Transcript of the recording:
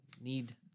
need